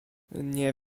nie